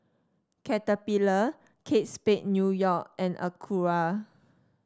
Caterpillar Kate Spade New York and Acura